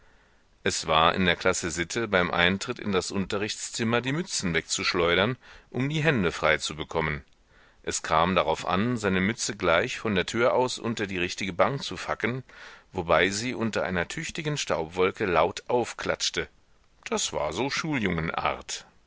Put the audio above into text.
es war in der klasse sitte beim eintritt in das unterrichtszimmer die mützen wegzuschleudern um die hände frei zu bekommen es kam darauf an seine mütze gleich von der tür aus unter die richtige bank zu facken wobei sie unter einer tüchtigen staubwolke laut aufklatschte das war so schuljungenart